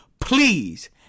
please